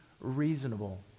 reasonable